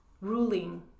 ruling